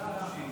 אוחנה: